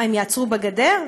מה, הן יעצרו בגדר?